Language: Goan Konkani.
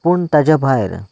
पूण ताच्या भायर